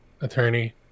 attorney